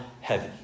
heavy